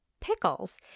pickles